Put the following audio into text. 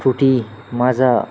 Frooti Maaza